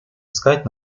искать